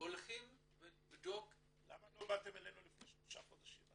הולכים לבדוק --- למה לא באתם אלינו לפני חודשיים?